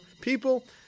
people